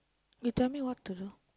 you tell me what to do